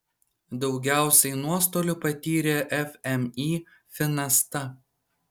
daugiausiai nuostolių patyrė fmį finasta